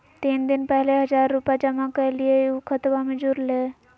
तीन दिन पहले हजार रूपा जमा कैलिये, ऊ खतबा में जुरले?